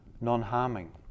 non-harming